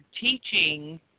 teaching